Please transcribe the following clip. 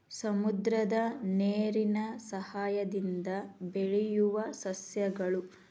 ಸಮುದ್ರದ ನೇರಿನ ಸಯಹಾಯದಿಂದ ಬೆಳಿಯುವ ಸಸ್ಯಗಳು